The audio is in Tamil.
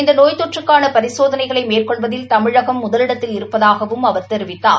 இந்த நோய் தொற்றுக்கான பரிசோதனைகளை மேற்கொள்வதில் தமிழகம் முதலிடத்தில் இருப்பதாகவும் அவர் தெரிவித்தார்